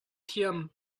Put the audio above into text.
thiam